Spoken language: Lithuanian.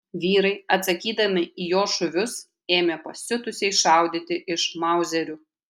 vyrai atsakydami į jo šūvius ėmė pasiutusiai šaudyti iš mauzerių